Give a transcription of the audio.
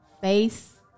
Face